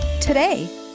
Today